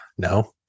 No